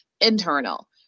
internal